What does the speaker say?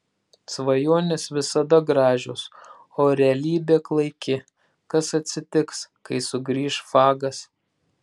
svajonės visada gražios o realybė klaiki kas atsitiks kai sugrįš fagas